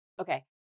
Okay